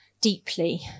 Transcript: deeply